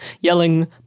yelling